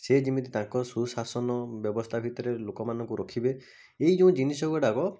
ସେ ଯେମିତି ତାଙ୍କ ସୁଶାସନ ବ୍ୟବସ୍ଥା ଭିତରେ ଲୋକମାନଙ୍କୁ ରଖିବେ ଏହି ଯେଉଁ ଜିନିଷଗୁଡ଼ାକ